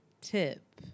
tip